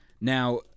Now